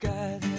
God